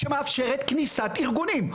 שמאפשרת כניסת ארגונים.